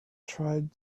tried